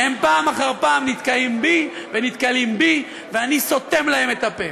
הם פעם אחר פעם נתקעים בי ונתקלים בי ואני סותם להם את הפה.